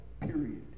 period